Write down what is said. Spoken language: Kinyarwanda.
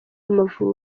amavubi